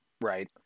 Right